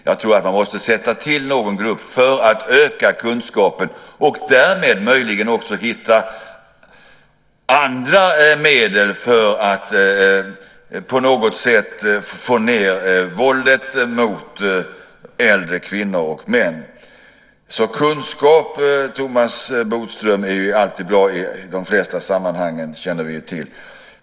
Jag tror att man måste sätta till någon grupp för att öka kunskapen och därmed möjligen också hitta andra medel för att på något sätt få ned våldet mot äldre kvinnor och män. Kunskap, Thomas Bodström, är alltid bra i de flesta sammanhang - det känner vi till.